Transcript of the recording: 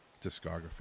discography